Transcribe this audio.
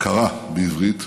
קרא בעברית,